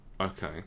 Okay